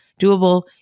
doable